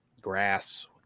grass